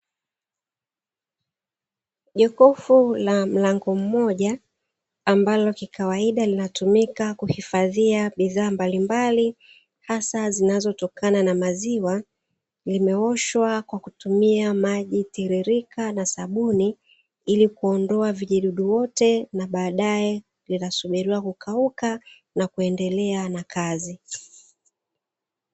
Jokofu la mlango mmoja, ambalo kikawaida linatumika kuhifadhia bidhaa mbalimbali, hasa zinazotokana na maziwa. Limeoshwa kwa kutumia maji tiririka na sabuni ili kuondoa vijidudu wote na baadaye linasubiriwa kukauka na kuendelea na kazi.